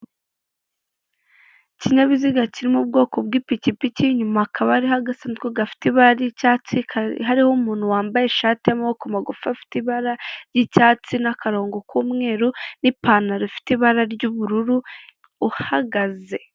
Ikinyabiziga kiri mu bwoko bw'ipikipiki, inyuma hakaba hariho agasanduku gafite ibara ry'icyatsi, hariho umuntu wambaye hariho umuntu wambaye ishati y'amaboko magufi afite ibara ry'icyatsi n'akarongo k'umweru n'ipantaro y'ubururu uhagaze.